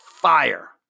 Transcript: fire